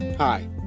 Hi